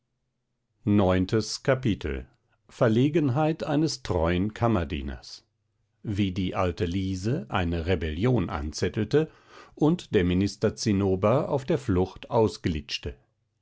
neuntes kapitel verlegenheit eines treuen kammerdieners wie die alte liese eine rebellion anzettelte und der minister zinnober auf der flucht ausglitschte